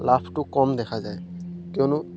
লাভটো কম দেখা যায় কিয়নো